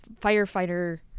firefighter